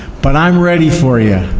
but i'm ready for ya.